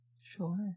Sure